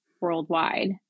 worldwide